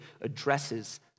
addresses